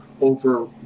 over